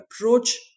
approach